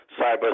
cyber